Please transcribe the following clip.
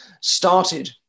started